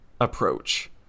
approach